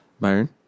Byron